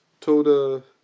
Toda